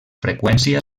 freqüència